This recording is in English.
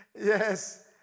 Yes